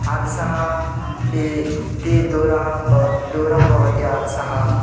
आलस्यं इ इति दूरं भवति दूरं भवति आलस्यं